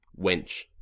wench